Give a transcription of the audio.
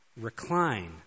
recline